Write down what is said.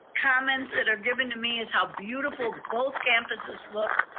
comments that are given to me is how beautiful both campuses look,